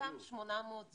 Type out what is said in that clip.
התוכנית של אותם 800 זוגות